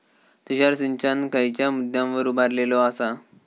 तुषार सिंचन खयच्या मुद्द्यांवर उभारलेलो आसा?